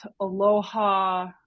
aloha